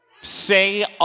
say